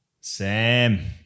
Sam